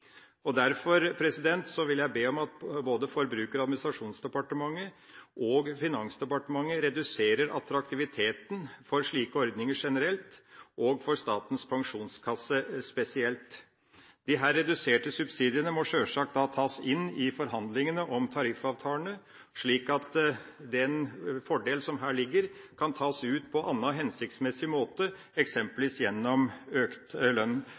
den. Derfor vil jeg be om at både Forbruker- og administrasjonsdepartementet og Finansdepartementet reduserer attraktiviteten for slike ordninger generelt og for Statens pensjonskasse spesielt. Disse reduserte subsidiene må da sjølsagt tas inn i forhandlingene og tariffavtalene, slik at den fordelen som her ligger, kan tas ut på andre hensiktsmessige måter, eksempelvis gjennom økt lønn